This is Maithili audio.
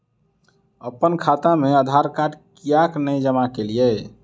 अप्पन खाता मे आधारकार्ड कियाक नै जमा केलियै?